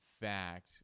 fact